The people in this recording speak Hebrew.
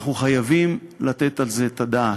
אנחנו חייבים לתת על זה את הדעת.